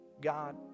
God